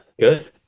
good